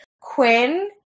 Quinn